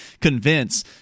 convince